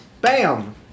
Bam